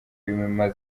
yume